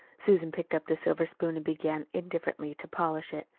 susan picked up the silver spoon and began indifferently to polish it.